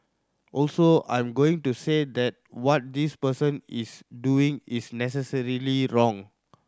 also I'm not going to say that what this person is doing is necessarily wrong